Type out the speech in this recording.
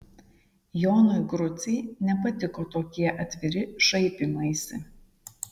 jonui grucei nepatiko tokie atviri šaipymaisi